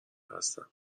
هستم